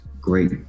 great